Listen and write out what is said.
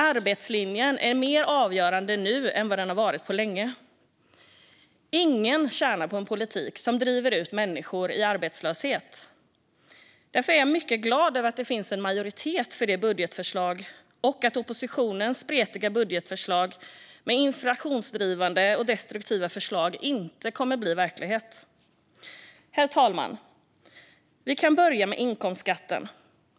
Arbetslinjen är mer avgörande nu än den varit på länge. Ingen tjänar på en politik som driver ut människor i arbetslöshet. Därför är jag mycket glad över att det finns en majoritet för detta budgetförslag och att oppositionens spretiga budgetförslag med inflationsdrivande och destruktiva förslag inte kommer att bli verklighet. Herr talman! Vi kan börja med inkomstskatten.